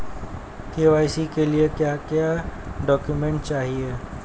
KYC के लिए क्या क्या डॉक्यूमेंट चाहिए?